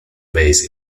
base